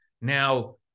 Now